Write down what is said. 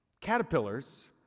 Caterpillars